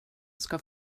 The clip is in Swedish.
ska